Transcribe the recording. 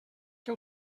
que